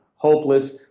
hopeless